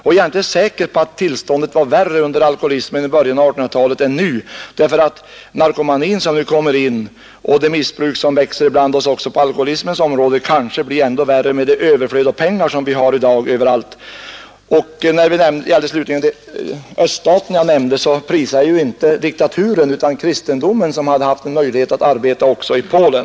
Jag är inte säker på att alkoholismen var värre i början av 1800-talet än nu, därför att den narkomani som nu kommer in och det missbruk som växer upp också på alkoholismens område kanske blir än värre genom det överflöd av pengar som vi har i dag överallt. När jag nämnde öststaterna, prisade jag inte diktaturen utan kristendomen som haft en möjlighet att arbeta också i Polen.